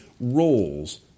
roles